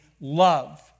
love